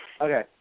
Okay